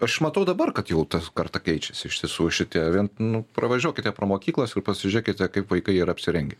aš matau dabar kad jau ta karta keičiasi iš tiesų šitie vien nu pravažiuokite pro mokyklas ir pasižiūrėkite kaip vaikai yra apsirengę